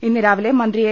ഇന്ന് രാവിലെ മന്ത്രി എ